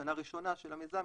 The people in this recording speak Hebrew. השנה הראשונה של המיזם,